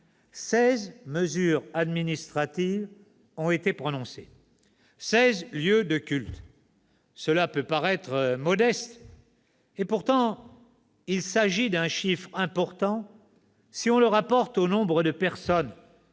fermetures administratives ont été prononcées : seize lieux de culte. Cela peut paraître modeste. Pourtant, il s'agit d'un chiffre important si on le rapporte au nombre de personnes